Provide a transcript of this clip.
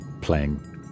playing